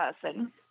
person